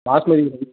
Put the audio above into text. basmati